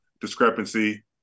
discrepancy